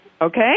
Okay